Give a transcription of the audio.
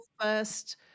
first